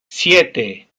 siete